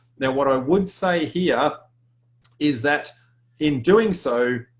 now what i would say here is that in doing so,